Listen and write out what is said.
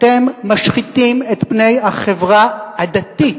אתם משחיתים את פני החברה הדתית,